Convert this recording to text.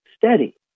steady